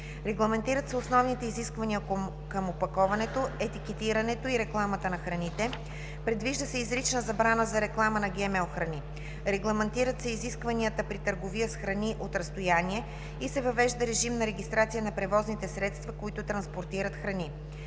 регламентират се основните изисквания към опаковането, етикетирането и рекламата на храните. Предвижда се изрична забрана за реклама на ГМО храни. Регламентират се изискванията при търговия с храни от разстояние и се въвежда режим на регистрация на превозните средства, които транспортират храни.